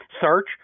Search